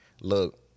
look